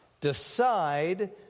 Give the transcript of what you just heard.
Decide